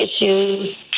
issues